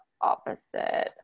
opposite